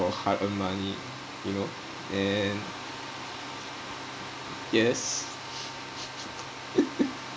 hard earned money you know and yes